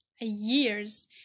years